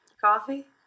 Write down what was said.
Coffee